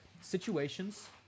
situations